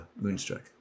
Moonstruck